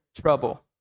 trouble